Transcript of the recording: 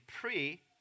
pre